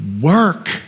work